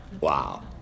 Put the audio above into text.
Wow